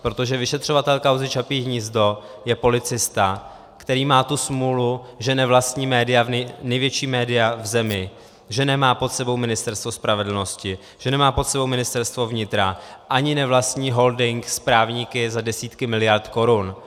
Protože vyšetřovatel kauzy Čapí hnízdo je policista, který má tu smůlu, že nevlastní největší média v zemi, že nemá pod sebou Ministerstvo spravedlnosti, že nemá pod sebou Ministerstvo vnitra a ani nevlastní holding s právníky za desítky miliard korun.